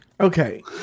Okay